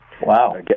Wow